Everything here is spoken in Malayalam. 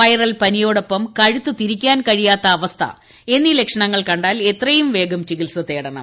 വൈറൽ പനിയോടൊപ്പം കഴുത്ത് തിരിക്കാൻ കഴിയാത്ത അവസ്ഥ എന്നീ ലക്ഷണങ്ങൾ ക ാൽ എത്രയും വേഗം ചികിൽസ തേടണം